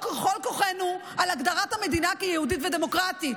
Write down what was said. כוחנו על הגדרת המדינה כיהודית ודמוקרטית.